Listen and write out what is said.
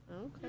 Okay